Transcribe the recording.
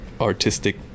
artistic